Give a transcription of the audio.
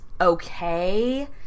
okay